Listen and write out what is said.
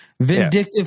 Vindictive